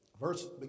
verse